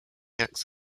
acts